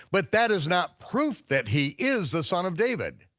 but that is not proof that he is the son of david.